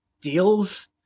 deals